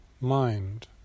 mind